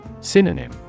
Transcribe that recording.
synonym